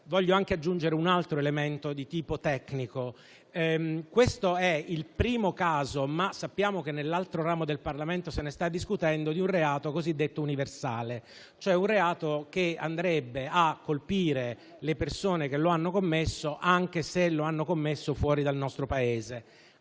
Voglio anche aggiungere un altro elemento di tipo tecnico: questo è il primo caso - ma sappiamo che nell'altro ramo del Parlamento se ne sta discutendo - di un reato cosiddetto universale, cioè un reato che sarebbe imputabile alle persone che lo hanno commesso anche se lo avessero commesso fuori dal nostro Paese.